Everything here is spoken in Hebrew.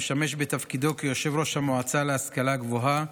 המשמש בתפקידו כיושב-ראש המועצה להשכלה גבוהה,